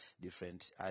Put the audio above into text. different